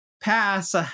pass